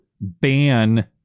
ban